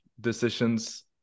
decisions